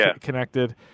connected